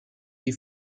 die